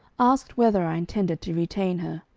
asked whether i intended to retain her.